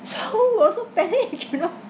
so we were so panic we cannot